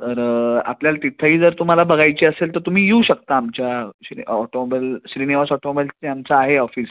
तर आपल्याला तिथंही जर तुम्हाला बघायची असेल तर तुम्ही येऊ शकता आमच्या श्रीनि ऑटोमोबाईल श्रीनिवास ऑटोमोबाईलचं आमचं आहे ऑफिस